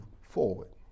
forward